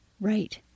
Right